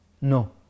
No